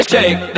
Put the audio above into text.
Shake